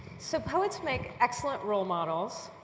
so, poets make excellent role models.